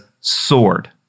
sword